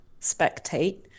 spectate